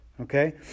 Okay